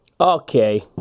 Okay